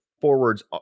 forwards